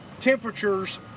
temperatures